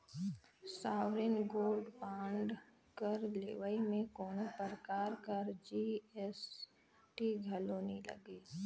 sovereign gold bond कर लेवई में कोनो परकार कर जी.एस.टी घलो नी लगे